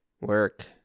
work